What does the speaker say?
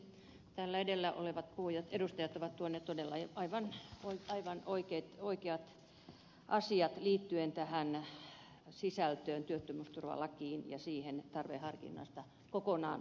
täällä edellä olevat edustajat ovat tuoneet todella aivan oikeat asiat esille liittyen tähän sisältöön työttömyysturvalakiin ja tarveharkinnasta kokonaan luopumiseen